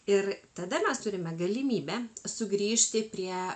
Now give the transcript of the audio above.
ir tada mes turime galimybę sugrįžti prie